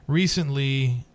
Recently